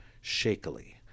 shakily